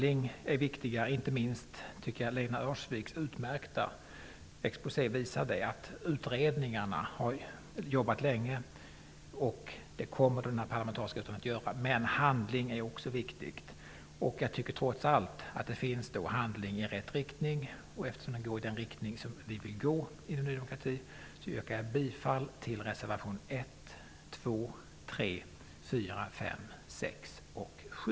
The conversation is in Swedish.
Inte minst Lena Öhrsviks utmärkta exposé visar att utredningarna har jobbat länge, och det kommer den här parlamentariska utredningen också att göra, men handling är också viktigt. Jag tycker trots allt att det finns handling i rätt riktning, och eftersom den går i den riktning som vi vill gå i Ny demokrati yrkar jag bifall till reservationerna 1, 2, 3, 4, 5, 6 och 7.